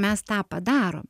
mes tą padarom